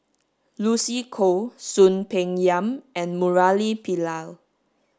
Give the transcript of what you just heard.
Lucy Koh Soon Peng Yam and Murali Pillai